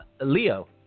Leo